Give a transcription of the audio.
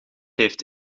heeft